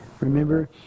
remember